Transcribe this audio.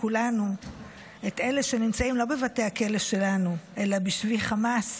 כולנו את אלה שנמצאים לא בבתי הכלא שלנו אלא בשבי חמאס,